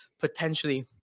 potentially